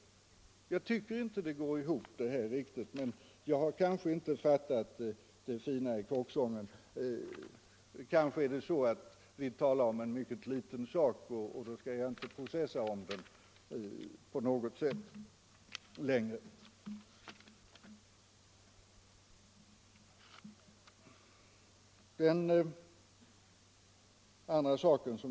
Jag tycker inte att detta går ihop, men jag har kanske inte fattat det fina i kråksången. Dessutom kanske vi talar om en liten sak, och då skall jag inte processa om den längre.